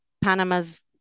Panama's